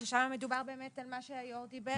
ששם מדובר באמת על מה שהיו"ר דיבר עליו,